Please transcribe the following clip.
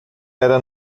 era